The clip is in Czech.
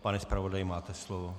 Pane zpravodaji, máte slovo.